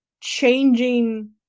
changing